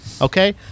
Okay